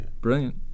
Brilliant